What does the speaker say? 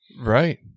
Right